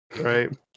Right